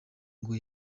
ngo